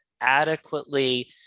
adequately